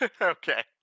Okay